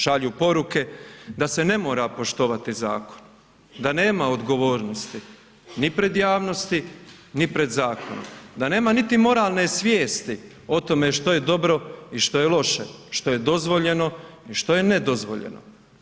Šalju poruke da se ne mora poštovani zakon, da nema odgovornosti ni pred javnosti ni pred zakonom, da nema niti moralne svijesti o tome što je dobro i što je loše, što je dozvoljeno i šti je ne dozvoljeno.